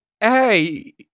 Hey